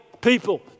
people